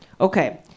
Okay